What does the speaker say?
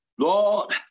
Lord